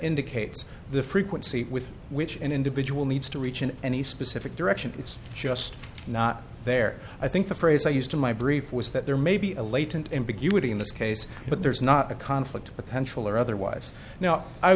indicates the frequency with which an individual needs to reach in any specific direction it's just not there i think the phrase i used in my brief was that there may be a latent ambiguity in this case but there is not a cause inflict potential or otherwise now i